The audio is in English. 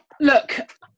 look